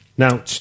Now